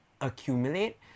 accumulate